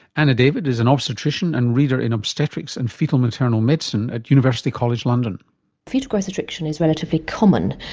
anna david is an obstetrician and reader in obstetrics and foetal-maternal medicine at university college london foetal growth restriction is relatively common.